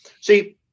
see